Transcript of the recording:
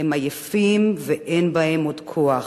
הם עייפים ואין בהם עוד כוח.